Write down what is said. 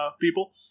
people